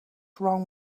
wrong